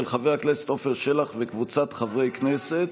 של חבר הכנסת עפר שלח וקבוצת חברי הכנסת.